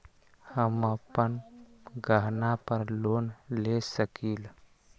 हम अपन गहना पर लोन ले सकील?